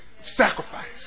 Sacrifice